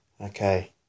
Okay